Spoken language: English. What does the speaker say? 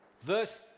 Verse